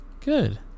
good